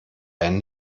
ein